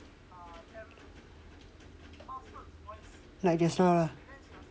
like just now lah